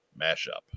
mashup